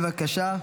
סליחה, בבקשה.